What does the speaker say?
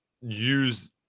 use